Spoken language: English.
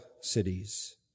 cities